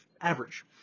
average